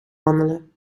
wandelen